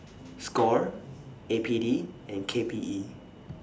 SCORE A P D and K P E